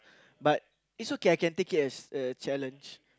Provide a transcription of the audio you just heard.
but it's okay I can take it as a challenge